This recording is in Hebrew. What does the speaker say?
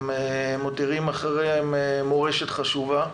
הם מותירים אחריהם מורשת חשובה,